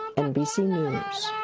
nbc news.